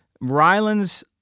Ryland's